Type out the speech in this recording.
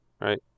Right